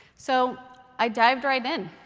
so i dived right in.